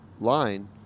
line